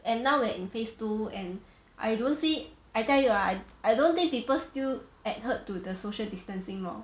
and now we're in phase two and I don't see I tell you ah I I don't think people still adhered to the social distancing lor